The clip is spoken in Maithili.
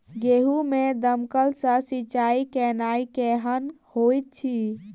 गेंहूँ मे दमकल सँ सिंचाई केनाइ केहन होइत अछि?